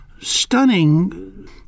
stunning